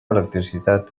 electricitat